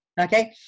okay